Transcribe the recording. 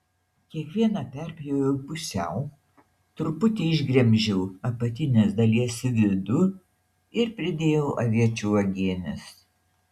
kiekvieną perpjoviau pusiau truputį išgremžiau apatinės dalies vidų ir pridėjau aviečių uogienės